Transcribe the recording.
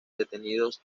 detenidos